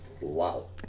Wow